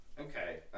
Okay